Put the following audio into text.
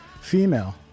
female